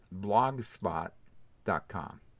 blogspot.com